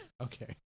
Okay